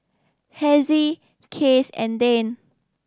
Hezzie Case and Dane